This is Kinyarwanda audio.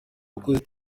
bakozi